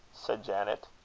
said janet.